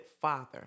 father